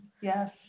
yes